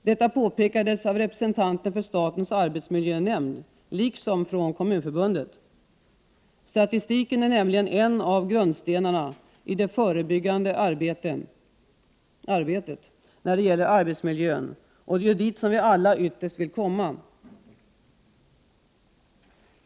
Detta påpekades av representanten för statens arbetsmiljönämnd liksom från Kommunförbundet. Statistiken är nämligen en av grundstenarna i det förebyggande arbetet när det gäller arbetsmiljön. Och det är ju dit vi alla ytterst vill komma.